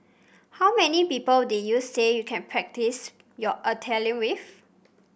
how many people did you say you can practise your Italian with